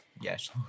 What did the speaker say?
Yes